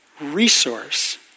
resource